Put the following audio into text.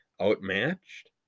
outmatched